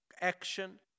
action